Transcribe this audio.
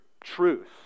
Truth